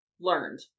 learned